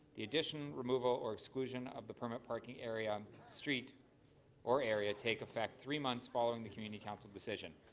the addition removal or exclusion of the permit parking area street or area take effect three months following the community council decision.